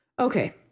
Okay